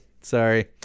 Sorry